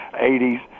80s